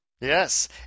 Yes